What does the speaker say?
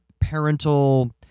parental